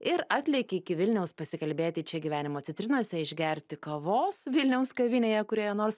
ir atlėkė iki vilniaus pasikalbėti čia gyvenimo citrinose išgerti kavos vilniaus kavinėje kurioje nors